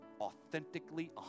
authentically